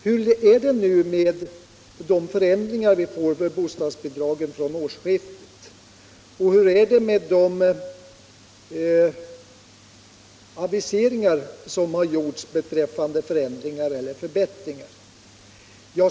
Hur är det nu med de förändringar av bostadsbidragen som vi får från årsskiftet och med de aviseringar som har gjorts beträffande förändringar eller förbättringar?